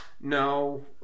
No